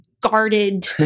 guarded